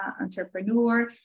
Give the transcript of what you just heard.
entrepreneur